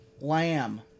Lamb